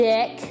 Dick